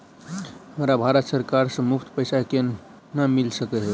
हमरा भारत सरकार सँ मुफ्त पैसा केना मिल सकै है?